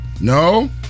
No